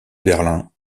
berlin